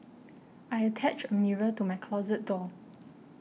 I attached a mirror to my closet door